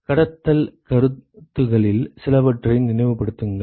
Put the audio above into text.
கடத்தல் கருத்துகளில் சிலவற்றை நினைவுபடுத்துங்கள்